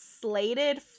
slated